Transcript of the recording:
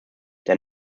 der